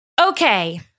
Okay